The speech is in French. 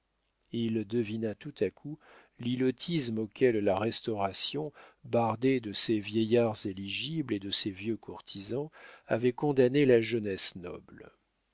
il devina tout à coup l'ilotisme auquel la restauration bardée de ses vieillards éligibles et de ses vieux courtisans avait condamné la jeunesse noble